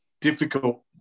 difficult